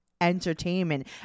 entertainment